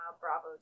Bravo